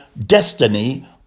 destiny